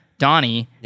Donnie